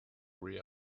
grew